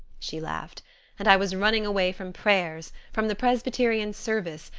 she laughed and i was running away from prayers, from the presbyterian service,